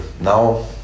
now